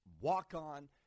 walk-on